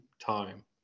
time